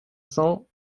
cent